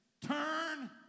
Turn